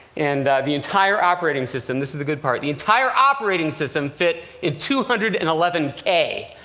and the entire operating system this is the good part the entire operating system fit in two hundred and eleven k.